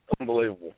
Unbelievable